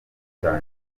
cyane